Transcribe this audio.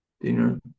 dinner